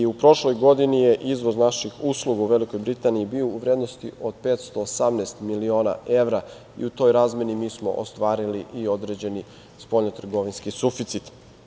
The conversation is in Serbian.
U prošloj godini je izvoz naših usluga u Velikoj Britaniji bio u vrednosti od 518 miliona evra i u toj razmeni mi smo ostvarili i određeni spoljnotrgovinski suficit.